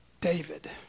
David